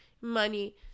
money